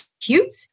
cute